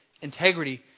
integrity